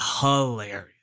hilarious